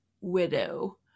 Widow